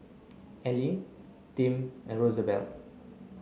Ely Tim and Rosabelle